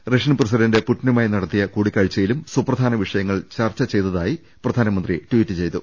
Russian president പുടിനുമായി നടത്തിയ കൂടിക്കാഴ്ച്ചയിലും സുപ്രധാന വിഷയങ്ങൾ ചർച്ച ചെയ്തതായി പ്രധാനമന്ത്രി ട്വീറ്റ് ചെയ്തു